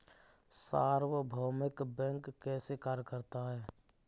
सार्वभौमिक बैंक कैसे कार्य करता है?